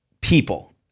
people